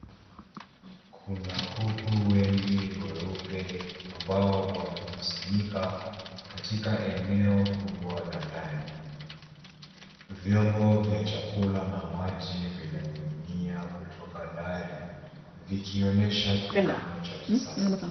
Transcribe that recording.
Kuna kuku wengi weupe ambao wamekusanyika katika eneo kubwa la ndani. Vyombo vya chakula na maji vinaning'ini a kutoka dari, vikionyesha kilimo cha kisasa.